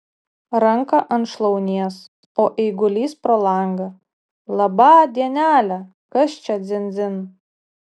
ranką ant šlaunies o eigulys pro langą labą dienelę kas čia dzin dzin